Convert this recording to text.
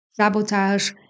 sabotage